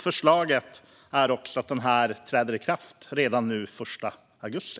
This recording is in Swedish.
Förslaget är att detta ska träda i kraft redan den 1 augusti.